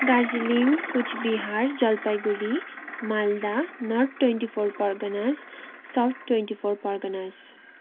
Darjeeling Cooch Behar Jalpaiguri Malda north twenty four Parganas south twenty four Parganas